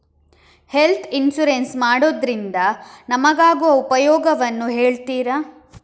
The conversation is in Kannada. ಹೆಲ್ತ್ ಇನ್ಸೂರೆನ್ಸ್ ಮಾಡೋದ್ರಿಂದ ನಮಗಾಗುವ ಉಪಯೋಗವನ್ನು ಹೇಳ್ತೀರಾ?